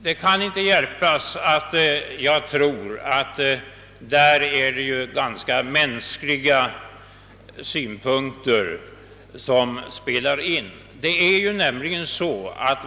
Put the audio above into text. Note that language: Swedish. Det kan inte hjälpas att det nog är ganska mänskliga synpunkter som spelar in.